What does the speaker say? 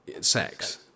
sex